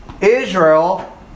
Israel